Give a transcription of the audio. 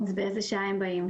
אז באיזה שעה הם באים?